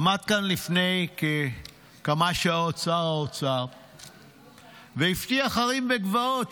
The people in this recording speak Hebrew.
עמד כאן לפני כמה שעות שר האוצר והבטיח הרים וגבעות.